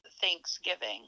thanksgiving